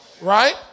right